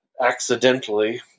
accidentally